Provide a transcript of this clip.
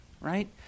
right